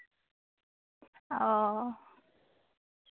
ᱚ